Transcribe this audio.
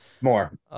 More